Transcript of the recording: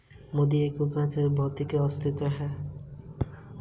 एक उत्पाद जिसका भौतिक अस्तित्व है?